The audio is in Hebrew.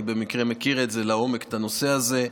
אני במקרה מכיר לעומק את הנושא הזה.